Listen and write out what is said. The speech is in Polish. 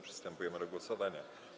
Przystępujemy go głosowania.